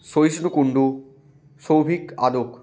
Sahishnu Kundu Souvik Adak